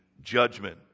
judgment